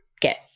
get